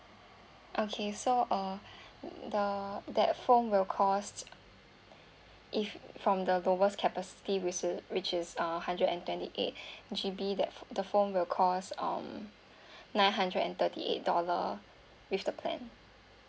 okay so uh the that phone will cost if from the lowest capacity which is which is uh hundred and twenty eight G_B that the phone will cost um nine hundred and thirty eight dollar with the plan